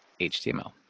HTML